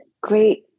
great